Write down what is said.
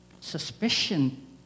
suspicion